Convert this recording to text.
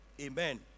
amen